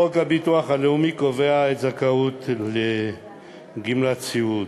חוק הביטוח הלאומי קובע את הזכאות לגמלת סיעוד.